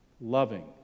loving